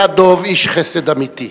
היה דב איש חסד אמיתי,